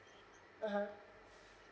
(uh huh)